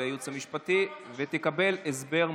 לייעוץ המשפטי ותקבל הסבר מלא.